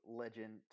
legend